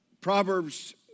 Proverbs